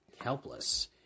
helpless